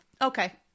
Okay